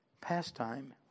pastime